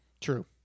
True